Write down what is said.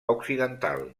occidental